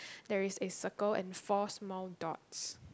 there is a circle and four small dots